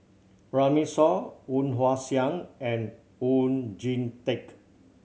Runme Shaw Woon Wah Siang and Oon Jin Teik